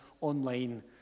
online